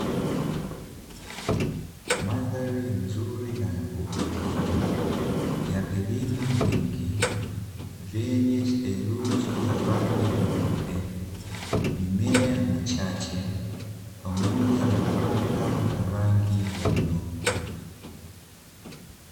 Mandhari nzuri na ya kuvutia ya vilima vingi vyenye theluji ya rangi nyeupe mimea michache pamoja na anga la rangi ya bluu.